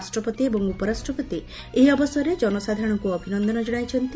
ରାଷ୍ଟ୍ରପତି ଏବଂ ଉପରାଷ୍ଟ୍ରପତି ଏହି ଅବସରରେ ଜନସାଧାରଣଙ୍କୁ ଅଭିନନ୍ଦନ ଜଣାଇଛନ୍ତି